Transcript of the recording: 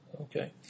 Okay